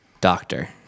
doctor